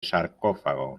sarcófago